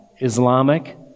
Islamic